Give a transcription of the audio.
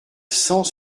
cent